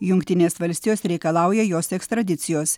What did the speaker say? jungtinės valstijos reikalauja jos ekstradicijos